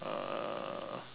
uh